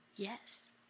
Yes